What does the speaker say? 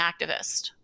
activist